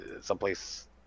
someplace